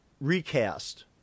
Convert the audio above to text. Recast